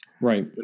Right